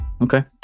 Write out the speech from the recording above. Okay